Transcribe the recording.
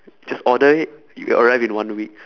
just order it it will arrive in one week